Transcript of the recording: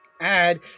add